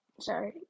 Sorry